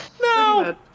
No